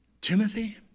Timothy